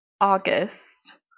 August